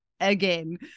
again